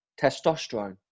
testosterone